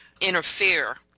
interfere